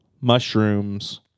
mushrooms